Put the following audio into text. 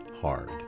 hard